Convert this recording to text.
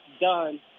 done